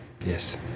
Yes